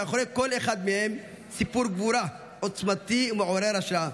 שמאחורי כל אחד מהם סיפור גבורה עוצמתי ומעורר השראה.